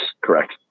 correct